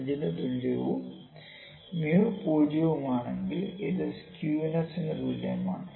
5 ന് തുല്യവും mu'𝛍' 0 വും ആണെങ്കിൽ അത് സ്കൈനെസിന് തുല്യമാണ്